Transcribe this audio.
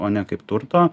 o ne kaip turto